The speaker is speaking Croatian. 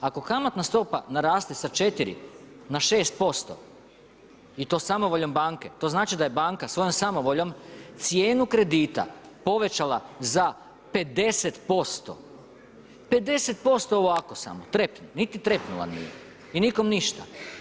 Ako kamatna stopa naraste sa 4 na 6% i to samovoljom banke, to znači da je banka svojom samovoljom cijenu kredita povećala za 50%, 50% ovako samo, niti trepnula nije i nikom ništa.